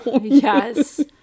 yes